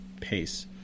pace